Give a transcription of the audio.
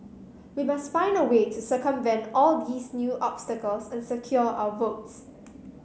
we must find a way to circumvent all these new obstacles and secure our votes